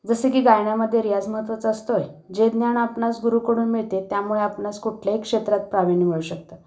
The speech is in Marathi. जसे की गाण्यामध्ये रियाज महत्त्वाचा असतो आहे जे ज्ञान आपणास गुरुकडून मिळते त्यामुळे आपणास कुठल्याही क्षेत्रात प्राविण्य मिळू शकतं